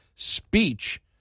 speech